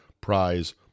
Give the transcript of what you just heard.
prize